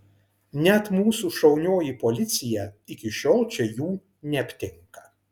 net mūsų šaunioji policija iki šiol čia jų neaptinka